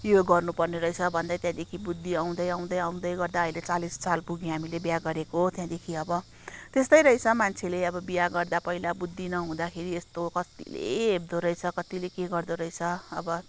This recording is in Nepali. यो गर्नुपर्ने रहेछ भन्दै त्यहाँदेखि बुद्धि आउँदै आउँदै आउँदै गर्दा अहिले चालिस साल पुगेँ हामीले बिहे गरेको त्यहाँदेखि अब त्यस्तै रहेछ मान्छेले अब बिहे गर्दा पहिला बुद्धि नहुँदाखेरि यस्तो कतिले हेप्दो रहेछ कतिले के गर्दो रहेछ अब